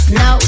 no